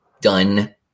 done